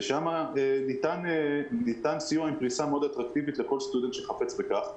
ושם ניתן סיוע עם פריסה מאוד אטרקטיבית לכל סטודנט שחפץ בכך.